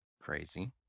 Crazy